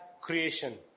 creation